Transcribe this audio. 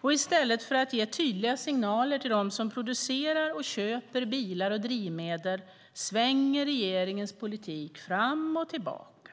Och i stället för att ge tydliga signaler till dem som producerar och köper bilar och drivmedel svänger regeringens politik fram och tillbaka.